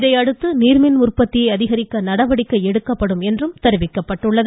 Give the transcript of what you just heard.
இதையடுத்து நீர்மின் உற்பத்தியை அதிகரிக்க நடவடிக்கை எடுக்கப்படும் என்றும் தெரிவிக்கப்பட்டுள்ளது